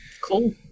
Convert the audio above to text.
Cool